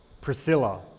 Priscilla